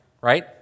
right